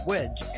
Wedge